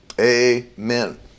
Amen